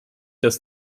dass